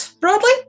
broadly